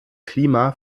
klima